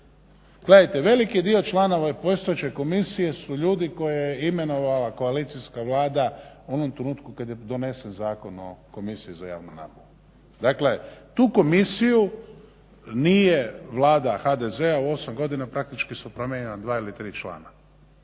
veliki dio članova postojeće komisije su ljudi koje je imenovala koalicijska vlada u onom trenutku kada je donesen Zakon o komisiji za javnu nabavu, dakle tu komisiju nije Vlada HDZ-a u 8 godina praktički su promijenjena dva ili tri člana